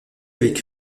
avec